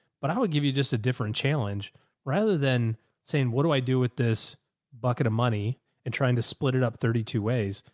but i would give you just a different challenge rather than saying, what do i do with this bucket of money and trying to split it up thirty two ways,